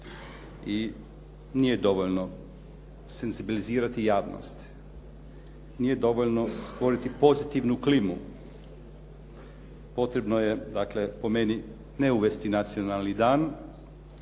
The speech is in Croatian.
i nije dovoljno senzibilizirati javnost, nije dovoljno stvoriti pozitivnu klimu. Potrebno je, dakle po meni ne uvesti nacionalni dan,